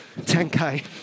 10K